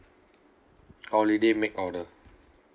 holiday make order